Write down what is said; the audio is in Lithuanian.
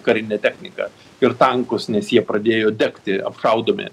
karinę techniką ir tankus nes jie pradėjo degti apšaudomi